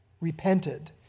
repented